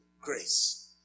grace